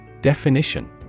Definition